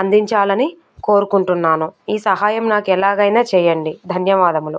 అందించాలని కోరుకుంటున్నాను ఈ సహాయం నాకు ఎలాగైనా చేయండి ధన్యవాదములు